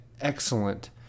excellent